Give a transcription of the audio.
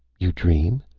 you dream.